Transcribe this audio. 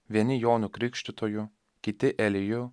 vieni jonu krikštytoju kiti eliju